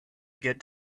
get